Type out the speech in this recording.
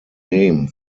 name